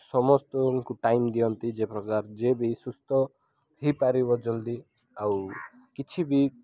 ସମସ୍ତଙ୍କୁ ଟାଇମ୍ ଦିଅନ୍ତି ଯେ ପ୍ରକାର ଯିଏ ବି ସୁସ୍ଥ ହୋଇପାରିବ ଜଲ୍ଦି ଆଉ କିଛି ବି